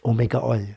omega oil